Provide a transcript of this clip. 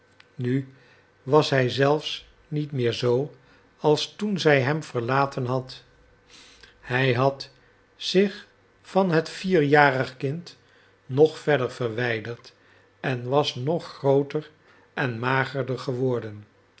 nu was hij zelfs niet meer zoo als toen zij hem verlaten had hij had zich van het vierjarig kind nog verder verwijderd en was nog grooter en magerder geworden